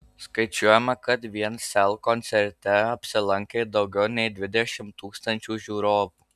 skaičiuojama kad vien sel koncerte apsilankė daugiau nei dvidešimt tūkstančių žiūrovų